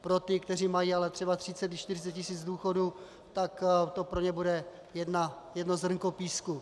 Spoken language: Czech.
Pro ty, kteří mají ale třeba 30 i 40 tisíc důchodu, tak to pro ně bude jedno zrnko písku.